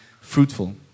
fruitful